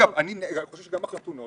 אני חושב שגם החתונות